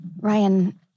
Ryan